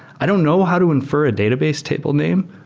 i don't know how to infer a database table name,